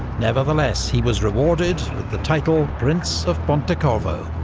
nevertheless, he was rewarded with the title prince of pontecorvo.